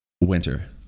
Winter